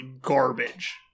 garbage